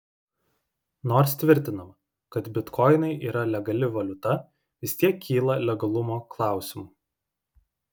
nors tvirtinama kad bitkoinai yra legali valiuta vis tiek kyla legalumo klausimų